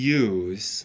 use